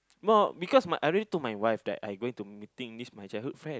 no because my already told my wife that I going to meeting this my childhood friend